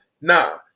nah